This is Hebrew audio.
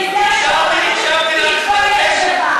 הקשבתי לך קשב,